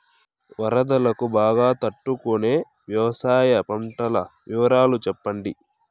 వరదలకు బాగా తట్టు కొనే వ్యవసాయ పంటల వివరాలు చెప్పండి?